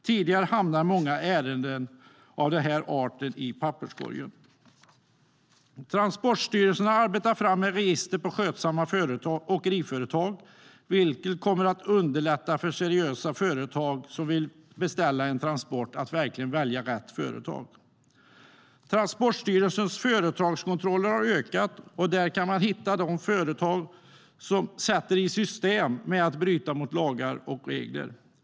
Tidigare hamnade många ärenden av den här arten i papperskorgen. Transportstyrelsen har arbetat fram ett register på skötsamma åkeriföretag, vilket kommer att underlätta för seriösa företag som vill beställa en transport att verkligen välja rätt företag. Transportstyrelsens företagskontroller har ökat. Där kan man hitta de företag som sätter i system att bryta mot lagar och regler.